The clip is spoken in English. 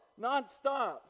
nonstop